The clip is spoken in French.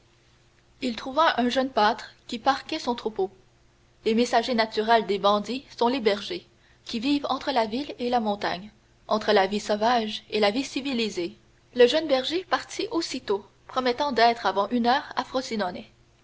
il trouva un jeune pâtre qui parquait son troupeau les messagers naturels des bandits sont les bergers qui vivent entre la ville et la montagne entre la vie sauvage et la vie civilisée le jeune berger partit aussitôt promettant d'être avant une heure